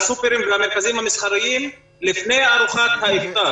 והמרכזים המסחריים לפני ארוחות האיפטר.